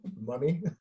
money